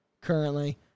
currently